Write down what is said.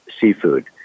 seafood